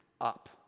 up